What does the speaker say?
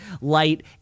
light